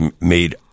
made